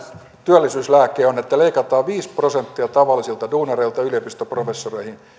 työllisyyslääkkeenne on että leikataan viisi prosenttia tavallisista duunareista yliopistoprofessoreihin